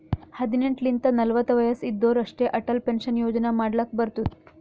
ಹದಿನೆಂಟ್ ಲಿಂತ ನಲ್ವತ ವಯಸ್ಸ್ ಇದ್ದೋರ್ ಅಷ್ಟೇ ಅಟಲ್ ಪೆನ್ಷನ್ ಯೋಜನಾ ಮಾಡ್ಲಕ್ ಬರ್ತುದ್